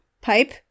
Pipe